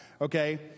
okay